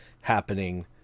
happening